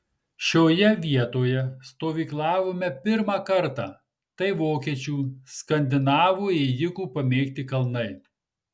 šioje vietoje stovyklavome pirmą kartą tai vokiečių skandinavų ėjikų pamėgti kalnai